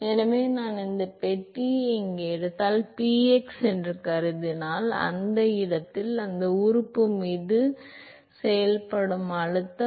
எனவே நான் இந்த பெட்டியை இங்கே எடுத்தால் px என்று கருதினால் அந்த இடத்தில் அந்த உறுப்பு மீது செயல்படும் அழுத்தம்